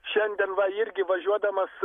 šiandien va irgi važiuodamas